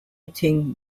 think